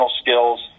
skills